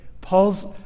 paul's